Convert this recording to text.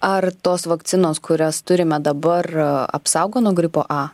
ar tos vakcinos kurias turime dabar apsaugo nuo gripo a